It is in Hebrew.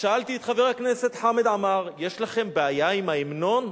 שאלתי את חבר הכנסת חמד עמאר: יש לכם בעיה עם ההמנון?